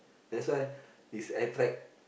that's why it's attract